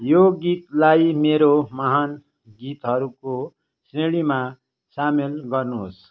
यो गीतलाई मेरो महान् गीतहरूको श्रेणीमा सामेल गर्नुहोस्